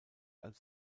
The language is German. als